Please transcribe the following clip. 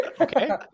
Okay